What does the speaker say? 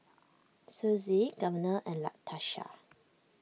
Sussie Governor and Latasha